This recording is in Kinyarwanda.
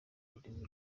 rurimi